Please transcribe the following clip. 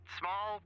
small